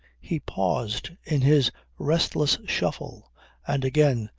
he paused in his restless shuffle and again,